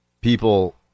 people